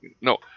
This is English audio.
No